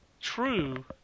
true